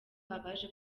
abaje